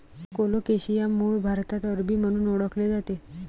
colocasia मूळ भारतात अरबी म्हणून ओळखले जाते